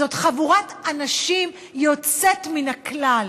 זאת חבורת אנשים יוצאת מן הכלל,